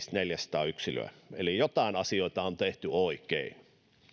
neljäsataa yksilöä vuodelle kaksituhattakaksikymmentäviisi eli joitain asioita on tehty oikein